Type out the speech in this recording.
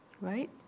right